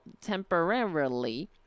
temporarily